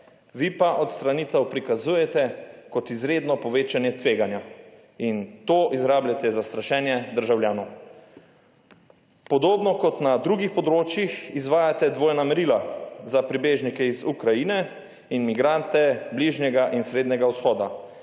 Vi pa odstranitev prikazujete kot izredno povečanje tveganja in to izrabljate za strašenje državljanov. Podobno kot na drugih področjih izvajate dvojna merila za prebežnike iz Ukrajine in migrante Bližnjega in Srednjega vzhoda;